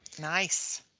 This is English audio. Nice